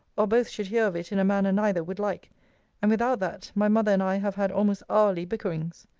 or both should hear of it in a manner neither would like and, without that, my mother and i have had almost hourly bickerings.